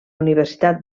universitat